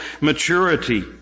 maturity